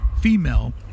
female